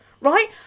right